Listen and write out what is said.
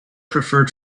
prefer